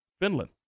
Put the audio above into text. Finland